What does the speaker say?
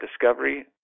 discovery